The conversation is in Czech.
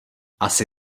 asi